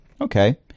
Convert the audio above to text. Okay